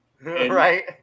right